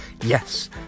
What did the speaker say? yes